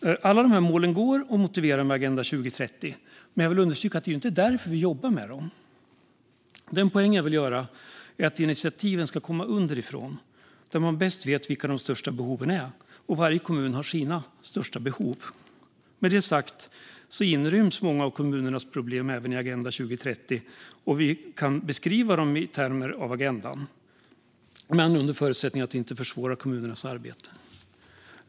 Alla dessa mål går att motivera med Agenda 2030, men jag vill understryka att det inte är därför vi jobbar med dem. Poängen jag vill göra är att initiativen ska komma underifrån, där man bäst vet vilka de största behoven är. Varje kommun har sina största behov. Med det sagt inryms många av kommunernas problem även i Agenda 2030, och vi kan beskriva dem i termer av agendan - dock under förutsättning att det inte försvårar kommunernas arbete.